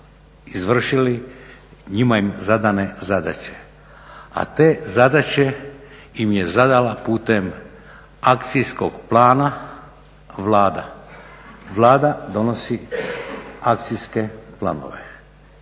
izvršili njima zadane zadaće. A te zadaće im je zadala putem akcijskog plana Vlada, Vlada donosi akcijske planove